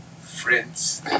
friends